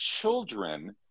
children